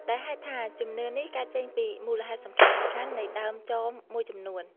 ដោយហេតុថាជំនឿនេះកើតចេញពីមូលហេតុសំខាន់ៗ និងដើមចមមួយចំនួន។